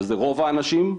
שזה רוב האנשים,